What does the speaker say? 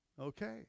Okay